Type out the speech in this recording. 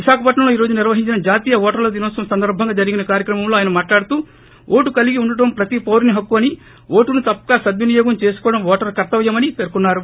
విశాఖపట్నంలో ఈ రోజు నిర్వహించిన జాతీయ ఓటర్ల దినోత్సవం సందర్బంగా జరిగిన కార్యక్రమంలో ఆయన మాట్లాడుతూ ఓటు కలిగి ఉండడం ప్రతి పౌరుని హక్కు అని ఓటును తప్పక సద్వినియోగం చేసుకోవడం ఓటరు కర్తవ్యమని పేర్కొన్నారు